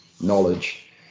knowledge